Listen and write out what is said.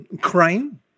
crime